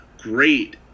great